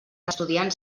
estudiants